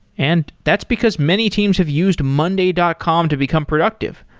and that's because many teams have used monday dot com to become productive.